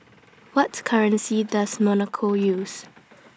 What currency Does Monaco use